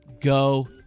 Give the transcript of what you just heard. Go